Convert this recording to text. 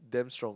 damn strong